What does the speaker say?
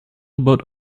about